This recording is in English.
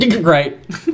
Right